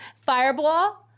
Fireball